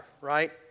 right